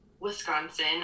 wisconsin